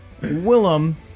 Willem